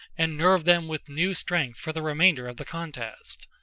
and nerve them with new strength for the remainder of the contest.